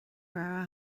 raibh